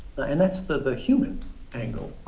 and that's the human angle.